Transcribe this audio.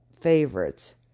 favorites